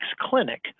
clinic